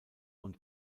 und